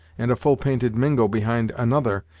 and a full painted mingo behind another,